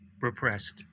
repressed